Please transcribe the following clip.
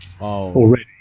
already